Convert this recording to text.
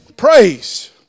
Praise